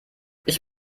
ich